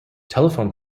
telephone